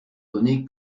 donné